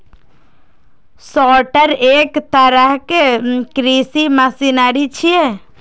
sorter एक तरहक कृषि मशीनरी छियै